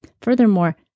Furthermore